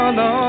no